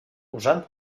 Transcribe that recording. usant